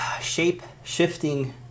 shape-shifting